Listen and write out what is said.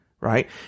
right